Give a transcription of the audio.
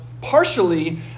partially